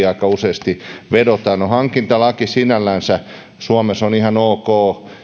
aika useasti vedotaan no hankintalaki sinällänsä suomessa on ihan ok